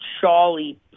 Charlie